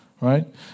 Right